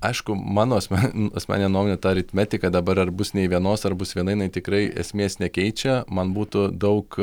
aišku mano asmen asmenine nuomone ta aritmetika dabar ar bus nei vienos ar bus viena jinai tikrai esmės nekeičia man būtų daug